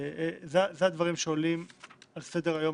את מיכאל בר זוהר נעלה מחר בזום כי הוא רוצה לדבר על נושא המתנדבים.